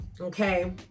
okay